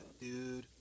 dude